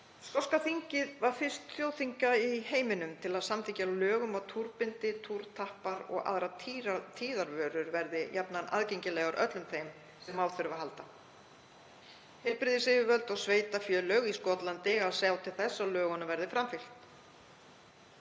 Skoska þingið var fyrst þjóðþinga í heiminum til að samþykkja lög um að túrbindi, túrtappar og aðrar tíðavörur yrðu jafnan aðgengilegar öllum þeim sem á þyrftu að halda. Heilbrigðisyfirvöld og sveitarfélög í Skotlandi eiga að sjá til þess að lögunum verði framfylgt.